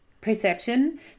perception